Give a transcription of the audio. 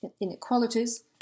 inequalities